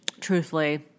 truthfully